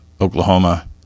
Oklahoma